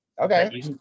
okay